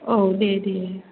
औ दे दे